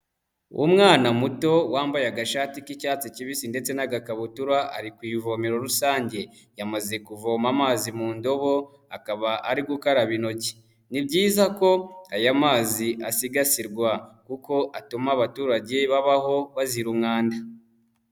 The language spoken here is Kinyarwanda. Umwana muto wambaye agashati k'icyatsi kibisi ndetse n'agakabutura ari kuvomero rusange, yamaze kuvoma amazi mu ndobo akaba ari gukaraba intoki, ni byiza ko aya mazi asigasirwa kuko atuma abaturage babaho bazira umwanda.